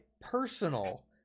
PERSONAL